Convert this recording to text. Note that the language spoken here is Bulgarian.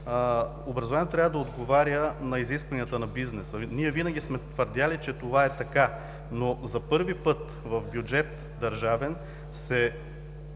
Образованието трябва да отговаря на изискванията на бизнеса. Ние винаги сме твърдели, че това е така. Но за първи път в държавен